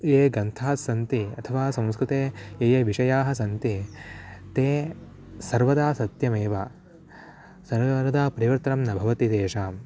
ये ग्रन्थास्सन्ति अथवा संस्कृते ये विषयाः सन्ति ते सर्वदा सत्यमेव सर्वरदा परिवर्तनं न भवति तेषां